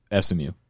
smu